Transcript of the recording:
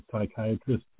psychiatrist